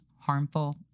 harmful